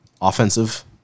offensive